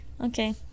Okay